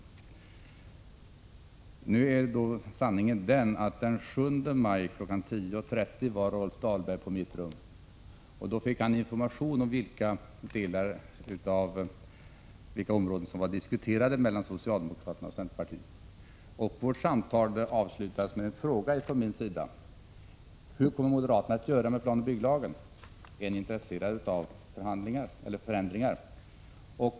Sanningen är emellertid att Rolf Dahlberg den 7 maj kl. 10.30 var i mitt rum. Han fick då information om vilka områden som socialdemokraterna och centerpartiet hade diskuterat. Vårt samtal avslutades med en fråga från mig, nämligen: Hur kommer moderaterna att ställa sig i fråga om planoch bygglagen? Är ni intresserade av förhandlingar eller förändringar?